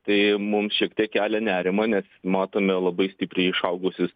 tai mums šiek tiek kelia nerimą nes matome labai stipriai išaugusius